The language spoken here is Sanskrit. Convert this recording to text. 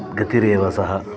ग गतिरेव सः